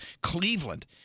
Cleveland